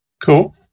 Cool